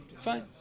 Fine